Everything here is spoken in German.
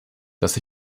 dass